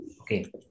Okay